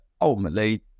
ultimately